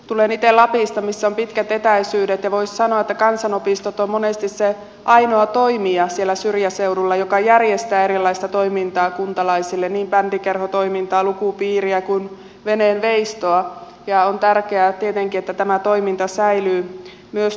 tulen itse lapista missä on pitkät etäisyydet ja voisi sanoa että kansalaisopistot ovat monesti siellä syrjäseudulla se ainoa toimija joka järjestää erilaista toimintaa kuntalaisille niin bändikerhotoimintaa lukupiiriä kuin veneenveistoa ja on tärkeää tietenkin että tämä toiminta säilyy myös tulevaisuudessa